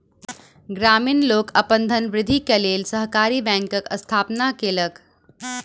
ग्रामीण लोक अपन धनवृद्धि के लेल सहकारी बैंकक स्थापना केलक